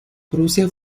prusia